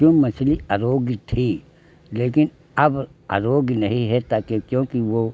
क्यों मछली आरोग्य थी लेकिन अब आरोग्य नहीं है ताके क्योंकि वह